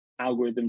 algorithms